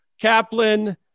Kaplan